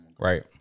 Right